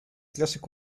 clásico